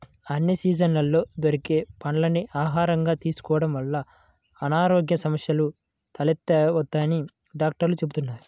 అన్ని సీజన్లలో దొరికే పండ్లని ఆహారంగా తీసుకోడం వల్ల అనారోగ్య సమస్యలు తలెత్తవని డాక్టర్లు చెబుతున్నారు